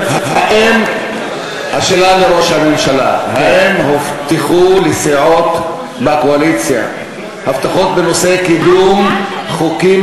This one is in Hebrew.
השאלה לראש הממשלה: האם הובטחו לסיעות בקואליציה הבטחות בנושא קידום חוקים